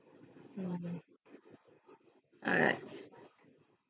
alright